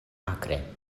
akre